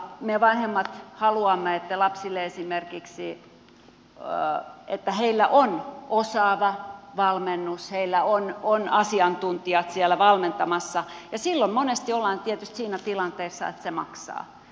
me vanhemmat haluamme että lapsilla esimerkiksi on osaava valmennus heillä on asiantuntijat siellä valmentamassa ja silloin monesti ollaan tietysti siinä tilanteessa että se maksaa